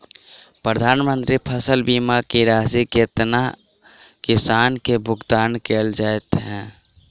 प्रधानमंत्री फसल बीमा की राशि केतना किसान केँ भुगतान केल जाइत है?